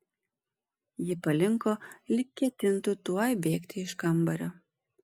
ji palinko lyg ketintų tuoj bėgti iš kambario